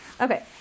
Okay